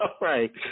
right